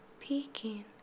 peeking